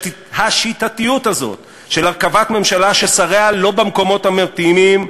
השיטתיות הזאת של הרכבת ממשלה ששריה לא במקומות המתאימים,